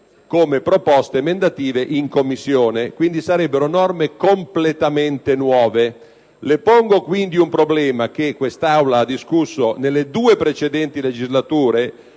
come proposte emendative in Commissione; quindi sarebbero completamente nuove. Le pongo quindi un problema che quest'Aula ha discusso nelle due precedenti legislature,